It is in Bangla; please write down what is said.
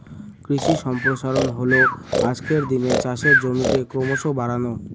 কৃষি সম্প্রসারণ হল আজকের দিনে চাষের জমিকে ক্রমশ বাড়ানো